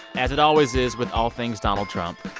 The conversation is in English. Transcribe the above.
as it always is with all things donald trump,